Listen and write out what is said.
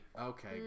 Okay